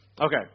Okay